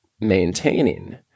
maintaining